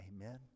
Amen